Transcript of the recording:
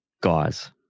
guys